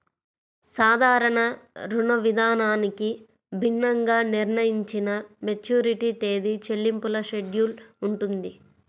సాధారణ రుణవిధానానికి భిన్నంగా నిర్ణయించిన మెచ్యూరిటీ తేదీ, చెల్లింపుల షెడ్యూల్ ఉంటుంది